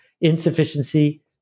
insufficiency